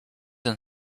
and